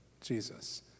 Jesus